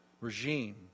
regime